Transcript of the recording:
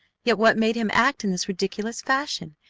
yet what made him act in this ridiculous fashion?